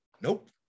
nope